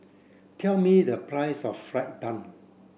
tell me the price of fried bun